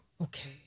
Okay